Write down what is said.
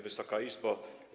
Wysoka Izbo!